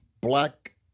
black